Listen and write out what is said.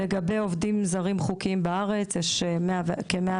לגבי עובדים זרים חוקיים בארץ יש כ-114,000